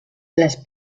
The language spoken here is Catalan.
les